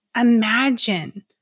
Imagine